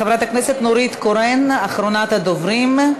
חברת הכנסת נורית קורן, אחרונת הדוברים.